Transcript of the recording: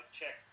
check